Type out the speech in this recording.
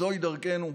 זוהי דרכנו.